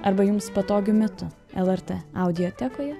arba jums patogiu metu el er tė audiotekoje